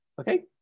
Okay